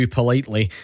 politely